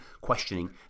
questioning